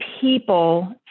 people